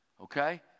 okay